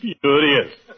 furious